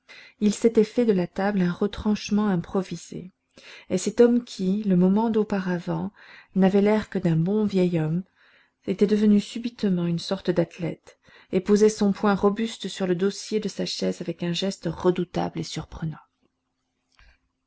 il s'était fait de la table un retranchement improvisé et cet homme qui le moment d'auparavant n'avait l'air que d'un bon vieux homme était devenu subitement une sorte d'athlète et posait son poing robuste sur le dossier de sa chaise avec un geste redoutable et surprenant